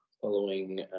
following